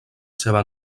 seva